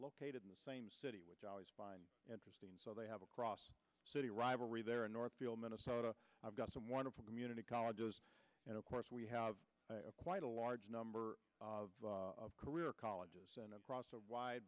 located in the same city which i always find interesting so they have a cross city rivalry there in north field minnesota i've got some wonderful community colleges and of course we have quite a large number of career colleges across a wide